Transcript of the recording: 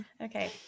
okay